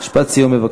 משפט סיום, בבקשה.